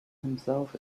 himself